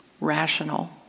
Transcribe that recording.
Rational